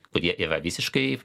kurie yra visiškai